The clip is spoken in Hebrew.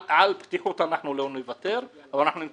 על בטיחות אנחנו לא נוותר,